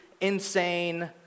insane